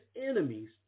enemies